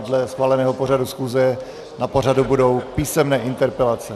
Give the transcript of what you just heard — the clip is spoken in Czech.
Dle schváleného pořadu schůze na pořadu budou písemné interpelace.